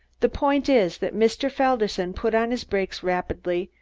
the point is that mr. felderson put on his brakes rapidly,